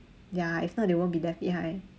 ya if not they won't be left behind